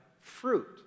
fruit